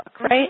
Right